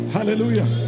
Hallelujah